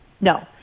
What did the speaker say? No